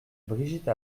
brigitte